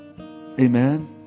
Amen